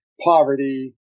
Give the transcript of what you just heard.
poverty